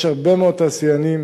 יש הרבה מאוד תעשיינים